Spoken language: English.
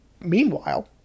meanwhile